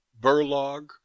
burlog